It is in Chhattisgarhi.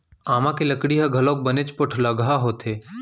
आमा के लकड़ी ह घलौ बनेच पोठलगहा होथे